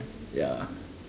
ya